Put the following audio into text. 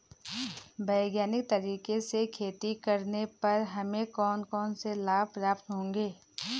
वैज्ञानिक तरीके से खेती करने पर हमें कौन कौन से लाभ प्राप्त होंगे?